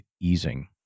easing